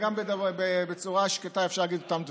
גם בצורה שקטה אפשר להגיד את אותם דברים.